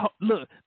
Look